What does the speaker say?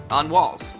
on walls.